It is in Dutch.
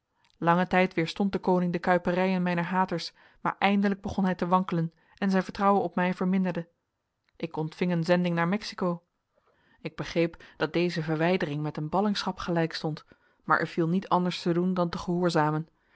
langen tijd weerstond de koning de kuiperijen mijner haters maar eindelijk begon hij te wankelen en zijn vertrouwen op mij verminderde ik ontving een zending naar mexico ik begreep dat deze verwijdering met een ballingschap gelijkstond maar er viel niet anders te doen dan te gehoorzamen